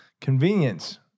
Convenience